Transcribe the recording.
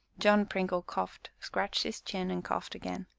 john pringle coughed, scratched his chin, and coughed again.